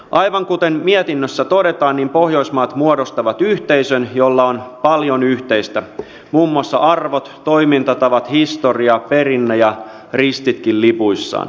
aivan kuten mietinnössä todetaan pohjoismaat muodostavat yhteisön jolla on paljon yhteistä muun muassa arvot toimintatavat historia perinne ja ristitkin lipuissaan